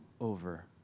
over